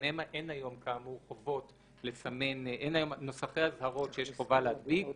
אין היום נוסחי אזהרות שחובה להדביק א.ע),